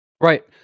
right